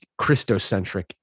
Christocentric